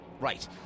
right